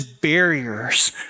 barriers